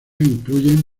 incluyen